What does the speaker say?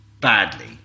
badly